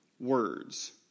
Words